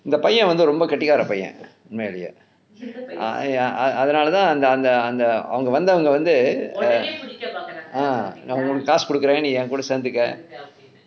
இந்த பையன் வந்து ரொம்ப கெட்டி கார பையன் உண்மையிலே அதனால தான் அந்த அந்த அந்த அவங்க வந்தவொங்க வந்து நம்ம உங்களுக்கு காசு கொடுக்கிறேன் நீ என் கூட சேந்துக்க:intha paiyan vanthu romba keti kaara paiyan unmaiyile athanaala thaan antha antha antha avanga vanthavonga vanthu namma ungalukku kaasu kodukkiren ni en kuda senthukka